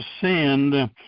sinned